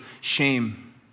shame